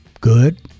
Good